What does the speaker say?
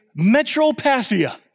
metropathia